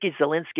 Zelensky